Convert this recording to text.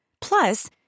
Plus